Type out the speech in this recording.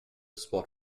spot